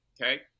Okay